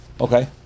Okay